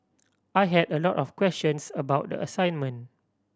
I had a lot of questions about the assignment